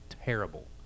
Terrible